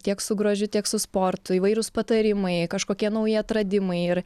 tiek su grožiu tiek su sportu įvairūs patarimai kažkokie nauji atradimai ir